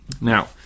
Now